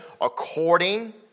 according